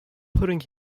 putting